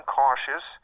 cautious